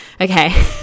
Okay